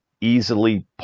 easily